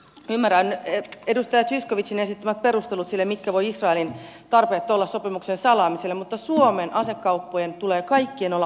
ymmärrän edustaja zyskowiczin esittämät perustelut sille mitkä voivat israelin tarpeet olla sopimuksen salaamiselle mutta suomen asekauppojen tulee kaikkien olla avoimia